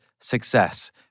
success